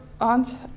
aunt